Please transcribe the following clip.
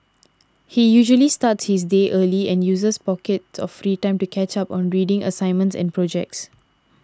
he usually starts his day early and uses pockets of free time to catch up on reading assignments and projects